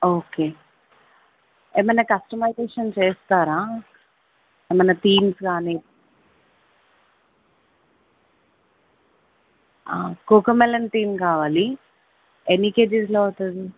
okay ఏమన్నా customisation చేస్తారా like theme కానీ కోకో మలన్ థీమ్ కావాలి ఎన్ని కేజీస్లో అవుతుంది